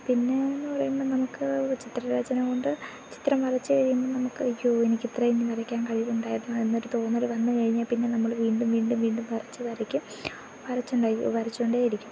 പിന്നേ എന്നു പറയുമ്പം നമുക്ക് ചിത്രരചന കൊണ്ട് ചിത്രം വരച്ചു കഴിയുമ്പം നമുക്ക് അയ്യോ എനിക്ക് ഇത്രയും വരയ്ക്കാൻ കഴിവുണ്ടായിരുന്നോ എന്ന ഒരു തോന്നൽ വന്നു കഴിഞ്ഞാൽ പിന്നെ നമ്മൾ വീണ്ടും വീണ്ടും വീണ്ടും വരച്ചു വരയ്ക്കും വരച്ചുണ്ടായി വരച്ചു കൊണ്ടേ ഇരിക്കും